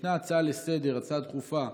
ישנה הצעה לסדר-היום, הצעה דחופה,